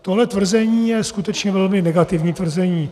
Tohle tvrzení je skutečně velmi negativní tvrzení.